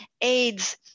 AIDS